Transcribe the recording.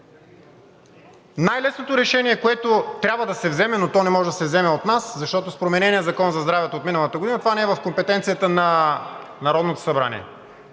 Най-лесното решение, което трябва да се вземе, но то не може да се вземе от нас, защото с променения Закон за здравето от миналата година това не е в компетенцията на Народното събрание